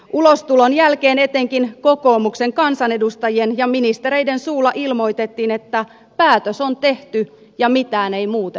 ulostulon jälkeen etenkin kokoomuksen kansanedustajien ja ministereiden suulla ilmoitettiin että päätös on tehty ja mitään ei muuteta piste